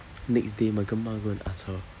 next day my grandma go and ask her